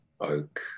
oak